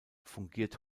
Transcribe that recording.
fungiert